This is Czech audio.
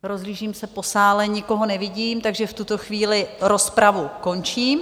Rozhlížím se po sále, nikoho nevidím, takže v tuto chvíli rozpravu končím.